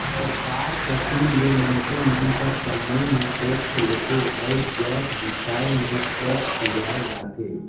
सरकार कती ले मइनसे मन कर कमई म टेक्स लेथे अउ जाएत बिसाए में टेक्स लेहल जाथे